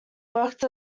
worked